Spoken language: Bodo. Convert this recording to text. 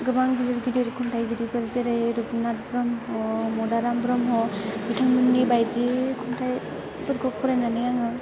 गोबां गिदिर गिदिर खन्थाइगिरिफोर जेरै रुपनाथ ब्रह्म मदाराम ब्रह्म बिथांमोननि बायदि खनथाइफोरखौ फरायनानै आङो